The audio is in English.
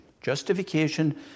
Justification